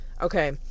Okay